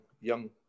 young